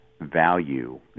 value